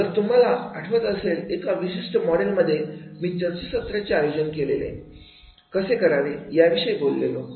जर तुम्हाला आठवत असेल एका विशिष्ट मॉडेलमध्ये मी चर्चासत्राचे आयोजन कसे करावे याबाबत बोललेलो